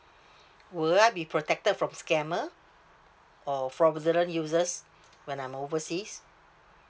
would I be protected from scammer or fraudulent uses when I'm overseas